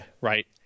right